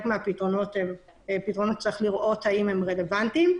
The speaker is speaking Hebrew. מהפתרונות הם פתרונות שצריך לראות האם הם רלוונטיים.